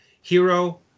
Hero